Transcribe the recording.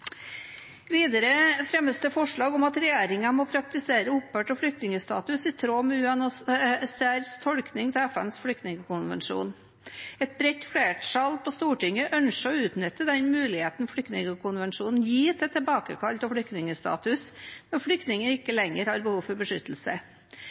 Videre fremmes det forslag om at regjeringen må praktisere opphør av flyktningstatus i tråd med UNHCRs tolkning av FNs flyktningkonvensjon. Et bredt flertall på Stortinget ønsker å utnytte den muligheten flyktningkonvensjonen gir til tilbakekall av flyktningstatus når flyktningen ikke